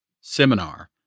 seminar